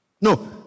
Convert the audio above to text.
No